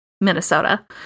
Minnesota